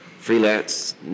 Freelance